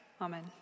Amen